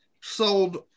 sold